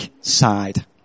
side